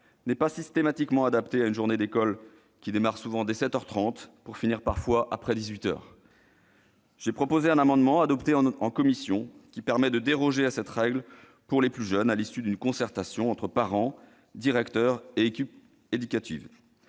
n'est pas systématiquement adapté à une journée d'école qui démarre souvent dès sept heures trente, pour finir parfois après dix-huit heures. J'ai ainsi proposé un amendement, adopté en commission, qui vise à déroger à cette règle pour les plus jeunes, à l'issue d'une concertation entre parents, directeurs et équipes éducatives.